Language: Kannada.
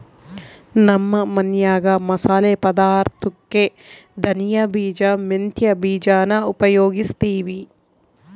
ನಮ್ಮ ಮನ್ಯಾಗ ಮಸಾಲೆ ಪದಾರ್ಥುಕ್ಕೆ ಧನಿಯ ಬೀಜ, ಮೆಂತ್ಯ ಬೀಜಾನ ಉಪಯೋಗಿಸ್ತೀವಿ